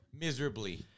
miserably